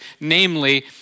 namely